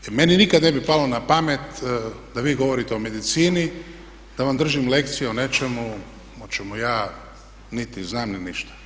Jer meni nikad ne bi palo na pamet da vi govorite o medicini, da vam držim lekciju o nečemu o čemu ja niti znam, ni ništa.